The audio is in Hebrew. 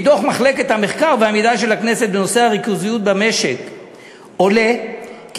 מדוח מחלקת המחקר והמידע של הכנסת בנושא הריכוזיות במשק עולה כי